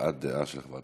והבעת דעה של חברת